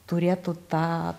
turėtų tą